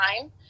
time